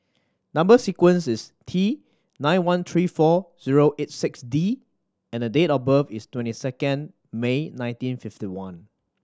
number sequence is T nine one three four zero eight six D and date of birth is twenty second May nineteen fifty one